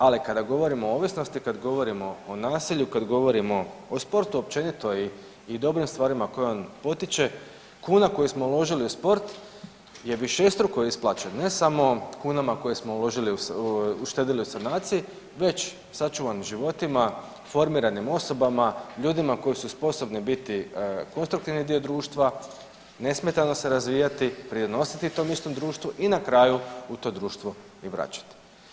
Ali kada govorimo o ovisnosti, kad govorimo o nasilju, kad govorimo o sportu općenito i, i dobrim stvarima koje on potiče kuna koju smo uložili u sport je višestruko isplaćen ne samo kunama koje smo uštedili u sanaciji već sačuvanim životima, formiranim osobama, ljudima koji su sposobni biti konstruktivni dio društva, nesmetano se razvijati, pridonositi tom istom društvu i na kraju u to društvo i vraćati.